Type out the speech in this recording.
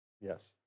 Yes